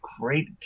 great